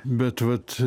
bet vat